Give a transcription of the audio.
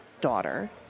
daughter